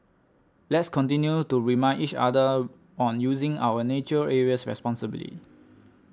let's continue to remind each other on using our nature areas responsibly